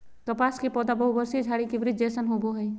कपास के पौधा बहुवर्षीय झारी के वृक्ष जैसन होबो हइ